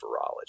Virology